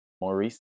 Maurice